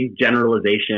generalization